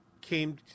came